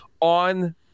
on